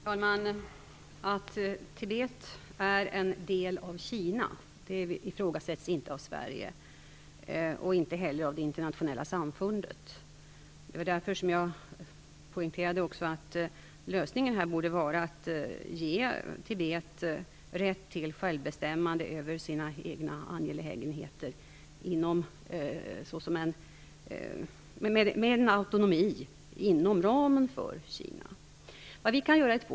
Herr talman! Att Tibet utgör en del av Kina ifrågasätts inte av Sverige och inte heller av det internationella samfundet. Det var därför som jag poängterade att lösningen borde vara att ge Tibet rätt till självbestämmande över sina egna angelägenheter med en autonomi inom ramen för Kina. Vi kan göra två saker.